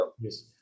Yes